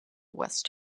west